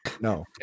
no